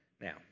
Now